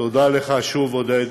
תודה לך, שוב, עודד,